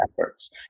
efforts